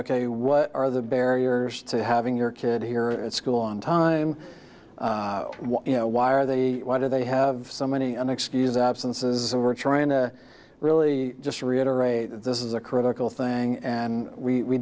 ok what are the barriers to having your kid here at school on time what you know why are they why do they have so many unexcused absences and we're trying to really just reiterate this is a critical thing and we